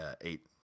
eight